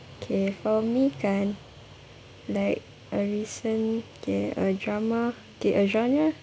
okay for me kan like a recent okay a drama okay a genre